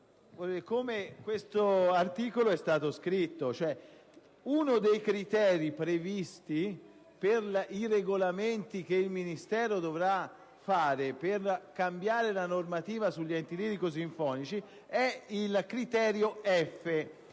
in cui l'articolo 1 è stato formulato. Uno dei criteri previsti per i regolamenti che il Ministero dovrà emanare per cambiare la normativa sugli enti lirico-sinfonici è il criterio